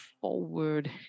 forward